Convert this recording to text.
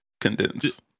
Condense